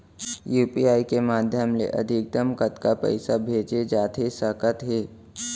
UPI के माधयम ले अधिकतम कतका पइसा भेजे जाथे सकत हे?